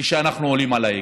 כשאנחנו עולים על ההגה.